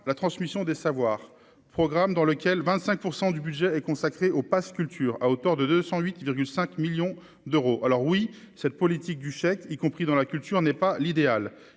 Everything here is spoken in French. la transmission des savoirs programme dans lequel 25 % du budget est consacré au Pass culture à hauteur de 208 5 millions d'euros, alors oui, cette politique du chèque, y compris dans la culture n'est pas l'idéal,